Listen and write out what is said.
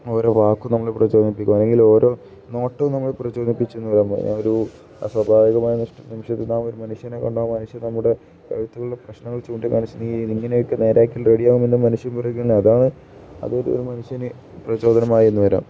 ഓരോ വാക്കും നമ്മളെ പ്രചോദിപ്പിക്കും അല്ലെങ്കിൽ ഓരോ നോട്ടവും നമ്മളെ പ്രചോദിപ്പിച്ചെന്ന് വരാം ഒരു സ്വാഭാവികമായ നിമിഷത്തില് നാമൊരു മനുഷ്യനെ കൊണ്ടുപോകുമ്പോള് ആ മനുഷ്യന് നമ്മുടെ എഴുത്തിലുള്ള പ്രശ്നങ്ങൾ ചൂണ്ടിക്കാണിച്ച് നീ ഇങ്ങനെയൊക്കെ നേരെയാക്കിയാല് റെഡിയാകുമെന്ന് മനുഷ്യൻ പറയുകയാണെങ്കില് അതാണ് അതൊരു മനുഷ്യന് പ്രചോദനമായെന്നുവരാം